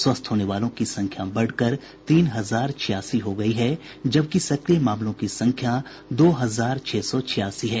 स्वस्थ होने वालों की संख्या बढ़कर तीन हजार छियासी हो गयी है जबकि सक्रिय मामलों की संख्या दो हजार छह सौ छियासी है